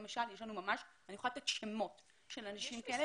אני יכולה לתת שמות של אנשים כאלה.